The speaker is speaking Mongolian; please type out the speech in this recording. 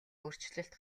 өөрчлөлт